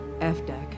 f-deck